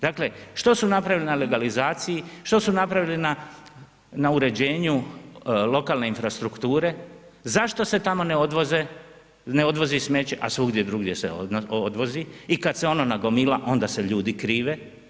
Dakle, što su napravili na legalizaciji, što su napravili na uređenju lokalne infrastrukture, zašto se tamo ne odvozi smeće a svugdje drugdje se odvozi i kad se ono nagomila onda se ljudi krive?